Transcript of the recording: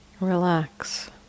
Relax